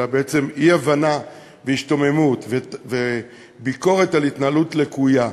אלא בעצם אי-הבנה והשתוממות וביקורת על התנהלות לקויה.